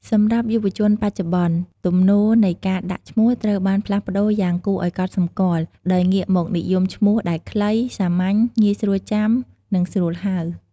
សម្រាប់យុវជនបច្ចុប្បន្ន ទំនោរនៃការដាក់ឈ្មោះត្រូវបានផ្លាស់ប្ដូរយ៉ាងគួរឲ្យកត់សម្គាល់ ដោយងាកមកនិយមឈ្មោះដែល ខ្លី សាមញ្ញ ងាយស្រួលចាំ និងស្រួលហៅ។